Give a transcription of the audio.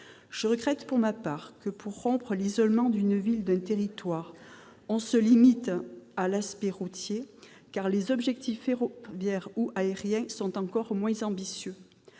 Je regrette pour ma part que, pour rompre l'isolement d'une ville ou d'un territoire, on se limite à l'aspect routier, car les objectifs ferroviaires ou aériens sont encore moins ambitieux.